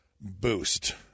boost